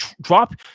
drop